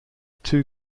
two